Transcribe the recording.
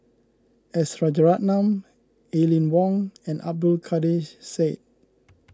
S Rajaratnam Aline Wong and Abdul Kadir Syed